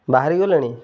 ବାହାରିଗଲେଣି